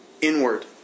inward